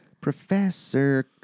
Professor